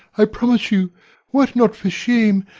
i promise you were it not for shame,